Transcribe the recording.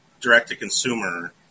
direct-to-consumer